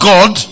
God